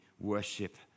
worship